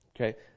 Okay